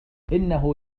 إنه